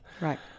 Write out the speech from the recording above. Right